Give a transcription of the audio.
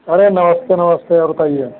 अरे नमस्ते नमस्ते और कहिए